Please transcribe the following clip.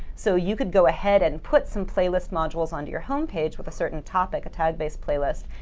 so you could go ahead and put some playlist modules onto your home page with a certain topic a tag-based playlist.